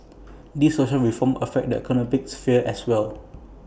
these social reforms affect the economic sphere as well